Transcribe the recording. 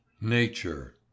nature